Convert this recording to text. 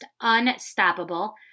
Unstoppable